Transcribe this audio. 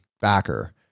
backer